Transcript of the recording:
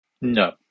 No